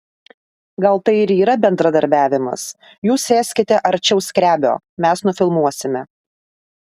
gal tai ir yra bendradarbiavimas jūs sėskite arčiau skrebio mes nufilmuosime